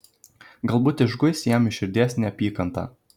galbūt išguis jam iš širdies neapykantą